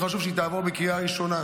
חשוב שהיא תעבור בקריאה ראשונה.